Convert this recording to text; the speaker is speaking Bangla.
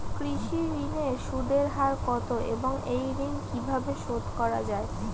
কৃষি ঋণের সুদের হার কত এবং এই ঋণ কীভাবে শোধ করা য়ায়?